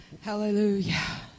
Hallelujah